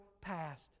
past